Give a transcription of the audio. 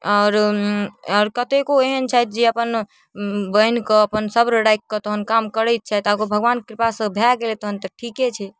आोर आओर कतेको एहन छिथ जे अपन अपन बनिकऽ अपन सब्र राखिकऽ तहन काम करै छथि आओर अगर भगवानके कृपासँ भए गेलै तहन तऽ ठीके छै